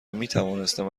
میتوانستم